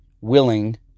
willing